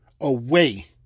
away